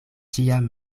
ĉiam